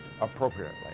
appropriately